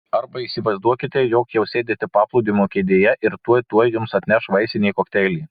arba įsivaizduokite jog jau sėdite paplūdimio kėdėje ir tuoj tuoj jums atneš vaisinį kokteilį